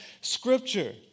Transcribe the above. scripture